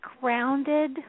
grounded